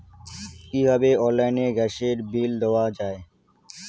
কিভাবে অনলাইনে গ্যাসের বিল দেওয়া যায়?